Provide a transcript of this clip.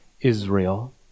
Israel